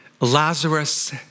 Lazarus